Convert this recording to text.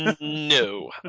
No